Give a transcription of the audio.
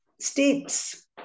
states